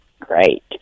Great